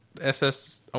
ss